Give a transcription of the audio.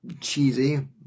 cheesy